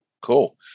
Cool